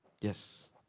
Yes